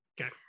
Okay